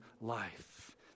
life